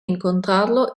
incontrarlo